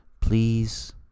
Please